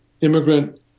immigrant